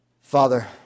Father